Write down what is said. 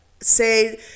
say